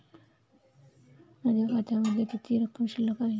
माझ्या खात्यामध्ये किती रक्कम शिल्लक आहे?